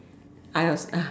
I know ah